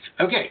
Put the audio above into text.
Okay